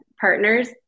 partners